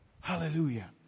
Hallelujah